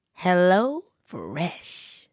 HelloFresh